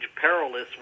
perilous